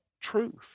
Truth